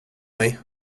mig